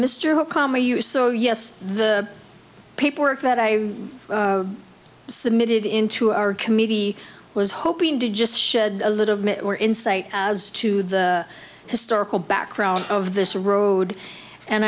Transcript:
you so yes the paperwork that i submitted into our committee was hoping to just shed a little more insight as to the historical background of this road and